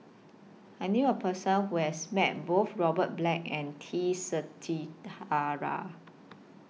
I knew A Person Who has Met Both Robert Black and T Sasitharan